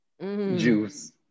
juice